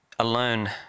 alone